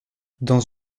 dans